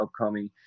upcoming